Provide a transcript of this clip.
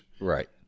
Right